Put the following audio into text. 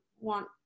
want